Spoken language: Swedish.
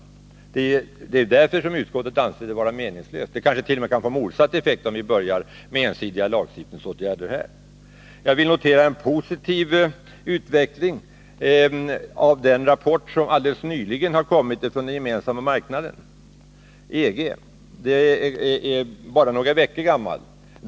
Det är ju därför utskottet anser ensidiga lagstiftningsåtgärder vara meningslösa — kanske de t.o.m. får motsatt effekt, om vi börjar med sådana här. Jag vill notera en positiv utveckling, som framgår av den rapport som helt nyligen har kommit från den Gemensamma marknaden, EG. Rapporten är bara några veckor gammal.